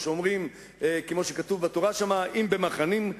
כמו שכתוב בתורה: אם במחנים,